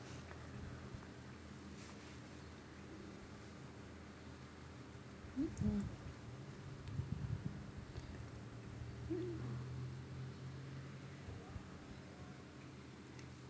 mm mm